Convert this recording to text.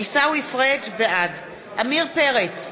בעד עמיר פרץ,